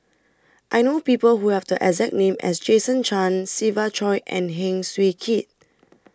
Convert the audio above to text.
I know People Who Have The exact name as Jason Chan Siva Choy and Heng Swee Keat